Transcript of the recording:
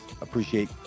appreciate